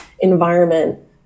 environment